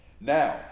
Now